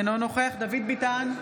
אינו נוכח דוד ביטן,